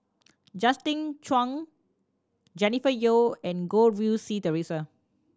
Justin Zhuang Jennifer Yeo and Goh Rui Si Theresa